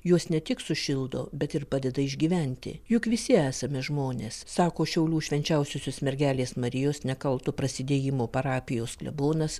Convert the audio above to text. jos ne tik sušildo bet ir padeda išgyventi juk visi esame žmonės sako šiaulių švenčiausiosios mergelės marijos nekalto prasidėjimo parapijos klebonas